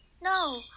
no